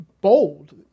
bold